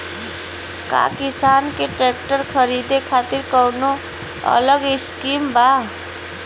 का किसान के ट्रैक्टर खरीदे खातिर कौनो अलग स्किम बा?